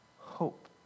hope